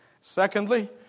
Secondly